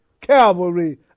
Calvary